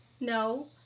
No